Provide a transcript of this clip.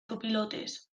zopilotes